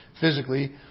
physically